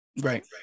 Right